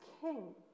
king